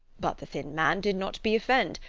but the thin man did not be offend,